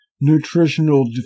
nutritional